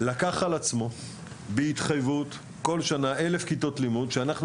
לקח על עצמו בהתחייבות בכל שנה 1,000 כיתות לימוד שאנחנו